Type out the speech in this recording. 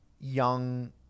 young